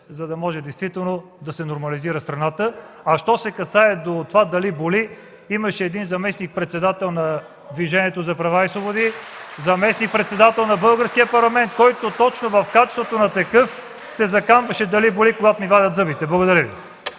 за да може действително да се нормализира страната. А що се касае до това дали боли – имаше един заместник-председател на Движението за права и свободи, заместник-председател на българския парламент (ръкопляскания от ГЕРБ), който точно в качеството си на такъв се заканваше да ни боли, когато ни вадят зъбите. Благодаря Ви.